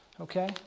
Okay